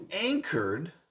anchored